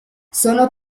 sono